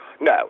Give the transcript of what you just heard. No